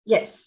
Yes